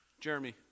Jeremy